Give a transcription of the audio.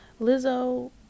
Lizzo